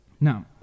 Now